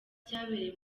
cyabereye